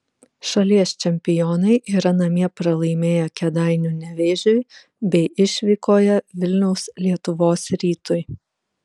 šalies čempionai yra namie pralaimėję kėdainių nevėžiui bei išvykoje vilniaus lietuvos rytui